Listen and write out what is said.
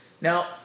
Now